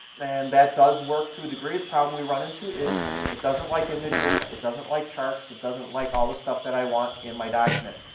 and that does work to a degree. the problem we run into is it doesn't like images, it doesn't like charts, it doesn't like all the stuff that i want in my document.